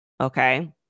Okay